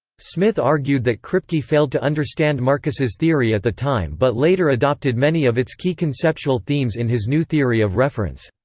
smith argued that kripke failed to understand marcus's theory at the time but later adopted many of its key conceptual themes in his new theory of reference.